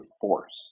force